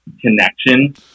connection